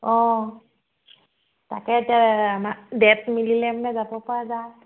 অঁ তাকে এতিয়া আমাৰ ডে'ট মিলিলে মানে যাব পৰা যায়